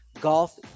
golf